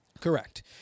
Correct